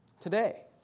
Today